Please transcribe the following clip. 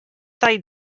tall